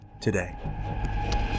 today